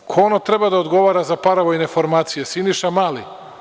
Pa, kažete – ko ono treba da odgovara za paravojne formacije Siniša Mali?